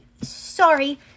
Sorry